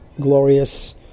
glorious